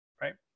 right